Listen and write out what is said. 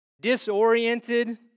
disoriented